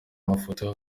mafoto